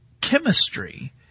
chemistry